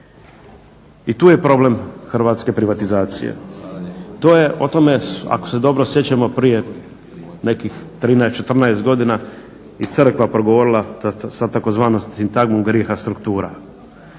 I tu je problem hrvatske privatizacije. O tome je ako se dobro sjećamo prije nekih 13, 14 godina i crkva progovorila sa tzv. sintagmom grijeha struktura.